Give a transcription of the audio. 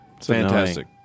Fantastic